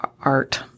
art